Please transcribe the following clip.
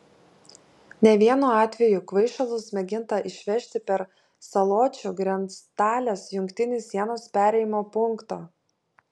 ne vienu atveju kvaišalus mėginta išvežti per saločių grenctalės jungtinį sienos perėjimo punktą